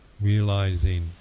realizing